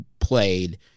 played